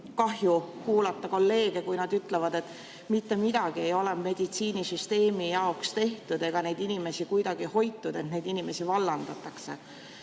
kahju kuulata kolleege, kui nad ütlevad, et mitte midagi ei ole meditsiinisüsteemi jaoks tehtud ega neid inimesi kuidagi hoitud, et neid inimesi vallandatakse.